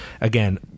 Again